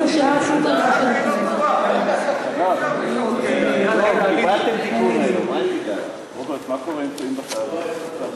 התשע"ד 2014. פיקוח אלקטרוני משמעו התקנת